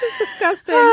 disgusting. yeah